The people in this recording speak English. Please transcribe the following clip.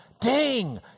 ding